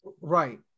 Right